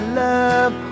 love